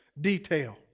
detail